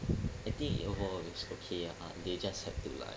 I think overall it was okay uh they just have to like